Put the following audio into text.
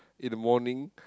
in the morning